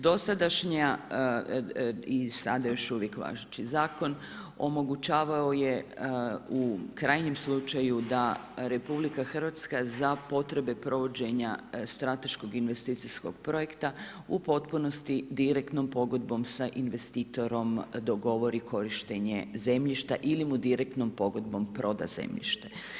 Dosadašnja i sada još uvijek važeći zakon omogućavao je u krajnjem slučaju da RH za potrebe provođenja strateškog investicijskog projekta u potpunosti direktnom pogodbom sa investitorom dogovori korištenje zemljišta ili mu direktnom pogodbom proda zemljište.